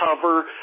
cover